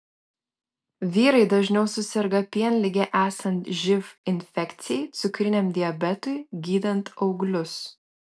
vyrai dažniau suserga pienlige esant živ infekcijai cukriniam diabetui gydant auglius